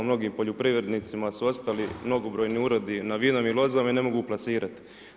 Mnogim poljoprivrednicima su ostali mnogobrojni urodi na vinovim lozama i ne mogu plasirati.